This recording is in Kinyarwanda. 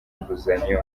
inguzanyo